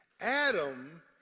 Adam